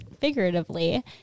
figuratively